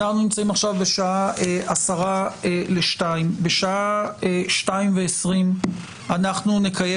אנחנו נמצאים עכשיו בשעה 13:50. בשעה 14:20 אנחנו נקיים